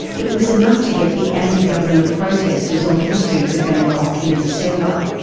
but it was enough to get the anti-government protesters onto the streets of bangkok in december.